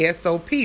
SOP